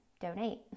donate